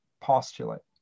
postulate